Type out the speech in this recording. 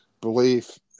belief